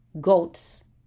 goats